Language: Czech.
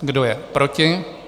Kdo je proti?